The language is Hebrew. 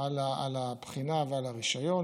על הבחינה ועל הרישיון.